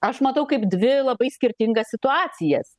aš matau kaip dvi labai skirtingas situacijas